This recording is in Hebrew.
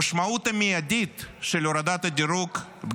המשמעות המיידית של הורדת הדירוג היא